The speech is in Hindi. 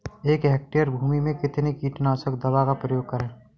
एक हेक्टेयर भूमि में कितनी कीटनाशक दवा का प्रयोग करें?